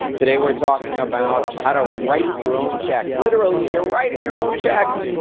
today we're talking about how to write your own checks. literally, you're writing your own checks.